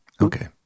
Okay